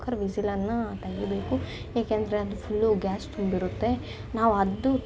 cooker ವಿಸಿಲನ್ನು ತೆಗಿಬೇಕು ಏಕೆಂದರೆ ಅದು ಫುಲ್ಲು ಗ್ಯಾಸ್ ತುಂಬಿರುತ್ತೆ ನಾವು ಅದು